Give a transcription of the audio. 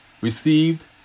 received